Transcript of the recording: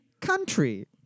country